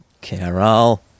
Carol